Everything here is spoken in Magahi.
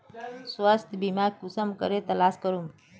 स्वास्थ्य बीमा कुंसम करे तलाश करूम?